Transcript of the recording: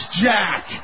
Jack